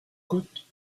côte